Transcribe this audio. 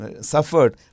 Suffered